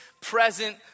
present